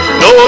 no